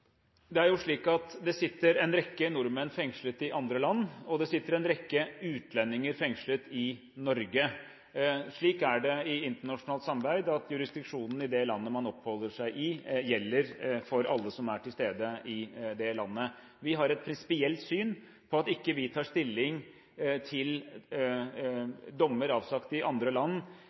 det? Det er jo slik at det sitter en rekke nordmenn fengslet i andre land, og det sitter en rekke utlendinger fengslet i Norge. Det er slik i internasjonalt samarbeid at jurisdiksjonen i det landet man oppholder seg i, gjelder for alle som er til stede i det landet. Vi har et prinsipielt syn, at vi ikke tar stilling til dommer avsagt i andre land,